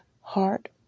heart